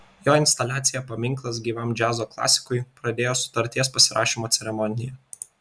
jo instaliacija paminklas gyvam džiazo klasikui pradėjo sutarties pasirašymo ceremoniją